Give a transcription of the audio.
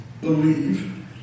believe